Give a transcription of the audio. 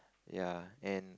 ya and